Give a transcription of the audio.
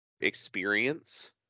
experience